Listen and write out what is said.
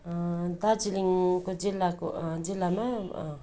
दार्जिलिङको जिल्लाको जिल्लामा